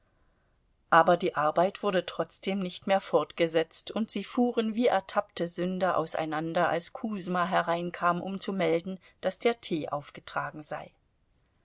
aber die arbeit wurde trotzdem nicht mehr fortgesetzt und sie fuhren wie ertappte sünder auseinander als kusma hereinkam um zu melden daß der tee aufgetragen sei